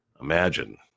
imagine